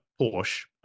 Porsche